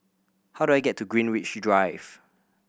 how do I get to Greenwich Drive